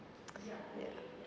ya